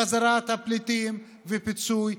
חזרת הפליטים ופיצוי.